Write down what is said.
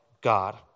God